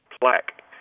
plaque